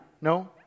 no